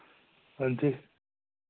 हां जी